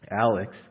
Alex